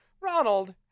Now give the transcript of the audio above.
Ronald